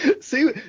See